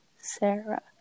Sarah